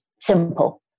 simple